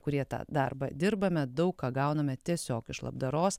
kurie tą darbą dirbame daug ką gauname tiesiog iš labdaros